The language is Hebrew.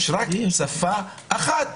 יש רק שפה אחת,